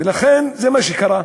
ולכן, זה מה שקרה.